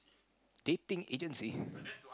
dating agency